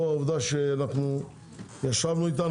לאור העובדה שישבנו איתם,